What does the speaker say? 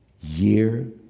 year